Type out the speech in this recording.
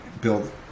build